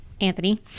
Anthony